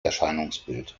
erscheinungsbild